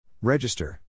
Register